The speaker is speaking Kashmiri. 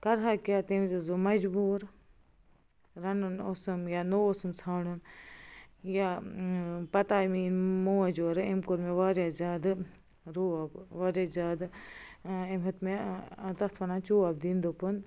کَرہا کیٛاہ تَمہِ وِزِ ٲسٕس بہٕ مجبور رَنُن اوسُم یا نوٚو اوسُم ژھانٛڈن یا ٲں پتہٕ آیہِ میٛٲنۍ موج اورٕ أمۍ کوٚر مےٚ واریاہ زیادٕ روب واریاہ زیادٕ ٲں أمۍ ہیٚوت مےٚ ٲں تَتھ وَنان چوب دِنۍ دوٚپُن